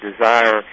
desire